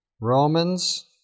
Romans